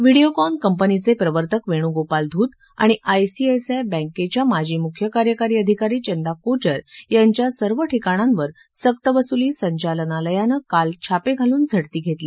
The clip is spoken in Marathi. व्हिडिओकॉन कंपनीचे प्रवर्तक वेणूगोपाल ध्रत आणि आयसीआयसीआय बँकेच्या माजी मुख्य कार्यकारी अधिकारी चंदा कोचर यांच्या सर्व ठिकाणांवर सक्तवसुली संचालनालयानं काल छापे घालून झडती घेतली